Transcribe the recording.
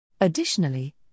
Additionally